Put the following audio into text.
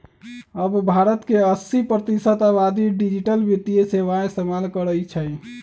अब भारत के अस्सी प्रतिशत आबादी डिजिटल वित्तीय सेवाएं इस्तेमाल करई छई